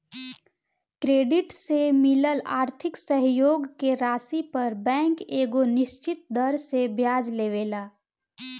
credit से मिलल आर्थिक सहयोग के राशि पर बैंक एगो निश्चित दर से ब्याज लेवेला